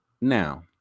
now